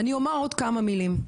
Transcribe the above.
אני אומר עוד כמה מילים.